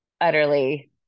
utterly